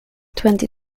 twenty